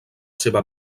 seva